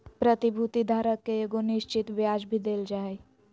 प्रतिभूति धारक के एगो निश्चित ब्याज भी देल जा हइ